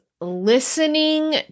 listening